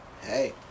Hey